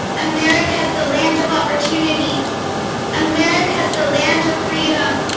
america's the land of opportunity america's the land of freedom